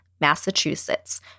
massachusetts